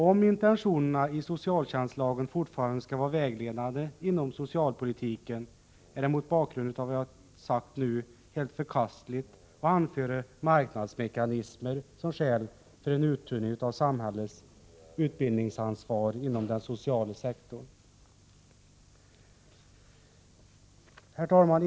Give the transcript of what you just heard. Om intentionerna i socialtjänstlagen fortfarande skall vara vägledande inom socialpolitiken är det mot bakgrund av vad jag har sagt nu helt förkastligt att anföra marknadsmekanismer som skäl för en uttunning av samhällets utbildningsansvar inom den sociala sektorn. Herr talman!